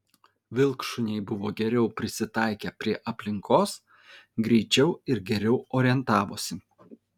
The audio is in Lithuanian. vilkšuniai buvo geriau prisitaikę prie aplinkos greičiau ir geriau orientavosi